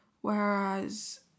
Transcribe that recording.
Whereas